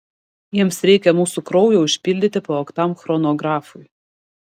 jiems reikia mūsų kraujo užpildyti pavogtam chronografui